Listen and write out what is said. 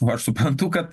va aš suprantu kad